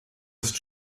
ist